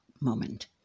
moment